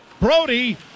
Brody